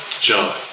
John